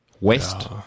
west